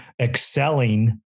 excelling